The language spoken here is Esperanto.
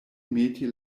meti